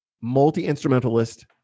multi-instrumentalist